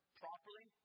properly